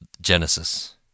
Genesis